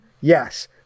yes